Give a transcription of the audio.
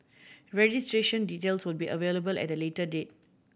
registration details will be available at a later date